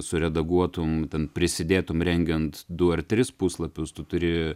suredaguotum ten prisidėtume rengiant du ar tris puslapius tu turi